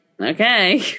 okay